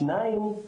שתיים,